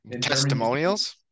Testimonials